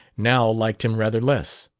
now liked him rather less.